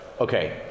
Okay